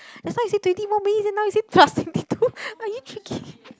that's why you said twenty more minutes then now you said plus twenty two are you kidding